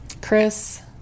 Chris